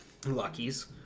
Luckies